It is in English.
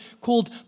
called